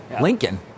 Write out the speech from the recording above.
Lincoln